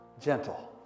gentle